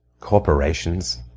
Corporations